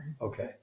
Okay